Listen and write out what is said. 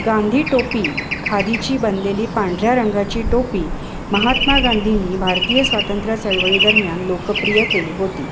गांधी टोपी खादीची बनलेली पांढऱ्या रंगाची टोपी महात्मा गांधींनी भारतीय स्वातंत्र्य चळवळीदरम्यान लोकप्रिय केली होती